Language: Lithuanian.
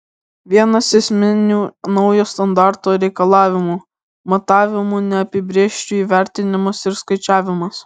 vienas esminių naujo standarto reikalavimų matavimų neapibrėžčių įvertinimas ir skaičiavimas